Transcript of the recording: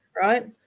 Right